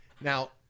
Now